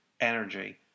energy